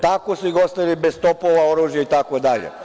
Tako su ih ostavili bez topova, oružja itd.